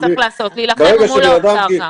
תוכלו לקלוט אנשים.